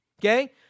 okay